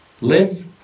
live